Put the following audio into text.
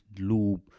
loop